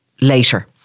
later